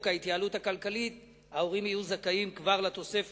ההתייעלות הכלכלית ההורים יהיו כבר זכאים לתוספת,